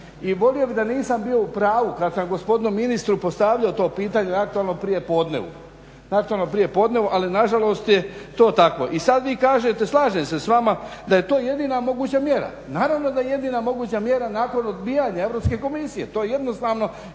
I volio bih da nisam bio u pravu kad sam gospodinu ministru postavljao to pitanje na aktualnom prijepodnevu ali nažalost je to tako. I sad vi kažete, slažem se s vama da je to jedina moguća mjera. Naravno da je jedina moguća mjera nakon odbijanja Europske komisije, to jednostavno